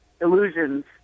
illusions